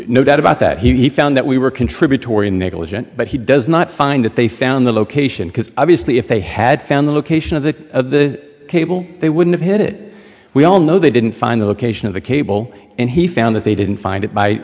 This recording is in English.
no doubt about that he found that we were contributory negligence but he does not find that they found the location because obviously if they had found the location of the cable they wouldn't hit it we all know they didn't find the location of the cable and he found that they didn't find it by